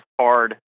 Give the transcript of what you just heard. hard